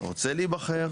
אתה רוצה להיבחר?